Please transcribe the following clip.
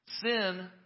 Sin